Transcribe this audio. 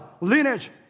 lineage